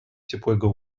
ciepłego